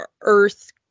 earth